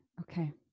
Okay